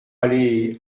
aller